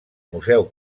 museu